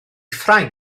ffrainc